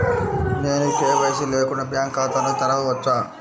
నేను కే.వై.సి లేకుండా బ్యాంక్ ఖాతాను తెరవవచ్చా?